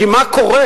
כי מה קורה?